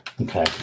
okay